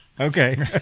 Okay